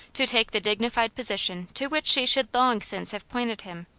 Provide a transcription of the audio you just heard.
to take the dignified position to which she should long since have pointed him.